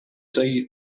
die